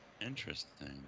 Interesting